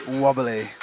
wobbly